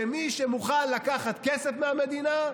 שמי שמוכן לקחת כסף מהמדינה,